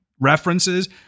references